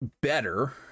better